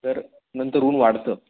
तर नंतर ऊन वाढतं